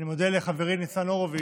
אנו מודה לחברי חבר הכנסת ניצן הורוביץ